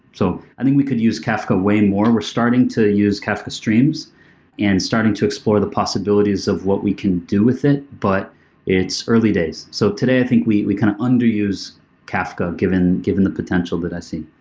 so i think we could use kafka way more. and we're starting to use kafka streams and starting to explore the possibilities of what we can do with it, but it's early days. so today i think we can kind of underuse kafka given given the potential that i see.